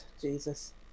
Jesus